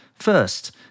First